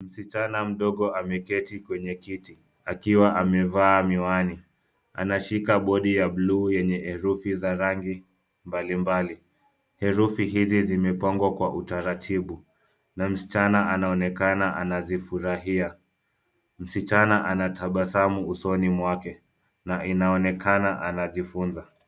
Msichana mdogo ameketi kwenye kiti akiwa amevaa miwani, anashika bodi ya buluu yenye herufi za rangi mbalimbali, herufi hizi zimepangwa kwa utaratibu, naye msichana anaonekana anazifurahia. Msichana anatabasamu usoni mwake, na inaonekana anajifunza.